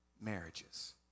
marriages